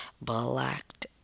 blacked